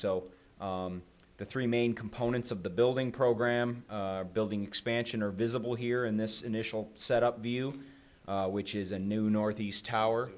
so the three main components of the building program building expansion are visible here in this initial set up view which is a new northeast tower